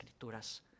escrituras